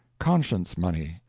conscience-money.